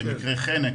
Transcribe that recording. מקרי חנק,